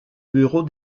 bureau